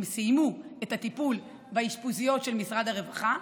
הם סיימו את הטיפול באשפוזיות של משרד הבריאות,